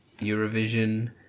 Eurovision